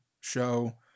show